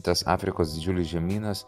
tas afrikos didžiulis žemynas